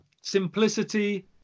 simplicity